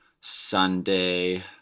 Sunday